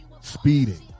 speeding